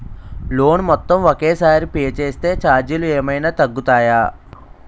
Loan మొత్తం ఒకే సారి పే చేస్తే ఛార్జీలు ఏమైనా తగ్గుతాయా?